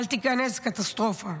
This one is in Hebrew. אל תיכנס, קטסטרופה.